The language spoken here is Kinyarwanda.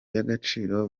y’agaciro